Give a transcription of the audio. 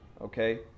okay